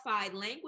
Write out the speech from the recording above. language